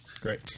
Great